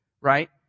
Right